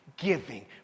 giving